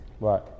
Right